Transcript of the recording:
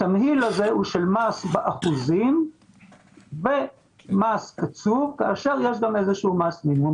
התמהיל הזה הוא של מס באחוזים ומס קצוב כאשר יש גם איזשהו מס מימון.